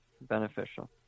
beneficial